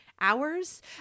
Hours